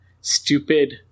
stupid